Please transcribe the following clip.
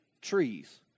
trees